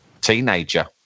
teenager